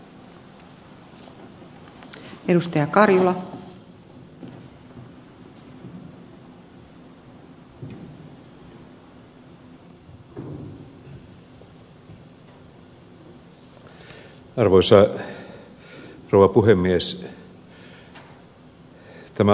arvoisa rouva puhemies